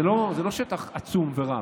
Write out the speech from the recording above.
זה לא שטח עצום ורב,